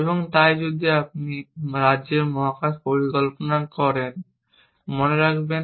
এবং তাই যদি আপনি রাজ্যের মহাকাশ পরিকল্পনা মনে রাখবেন